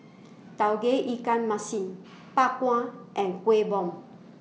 Tauge Ikan Masin Bak Kwa and Kueh Bom